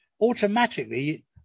automatically